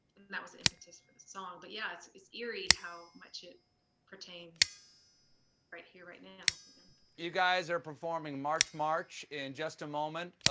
that was the impetus for the song. but yeah it's it's eerie how much it pertains right here, right now. stephen you guys are performing march march in just a moment.